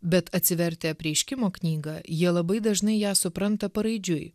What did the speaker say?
bet atsivertę apreiškimo knygą jie labai dažnai ją supranta paraidžiui